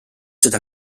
seda